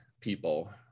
people